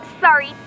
Sorry